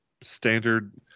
standard